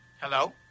Hello